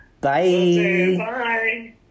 Bye